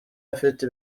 afite